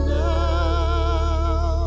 now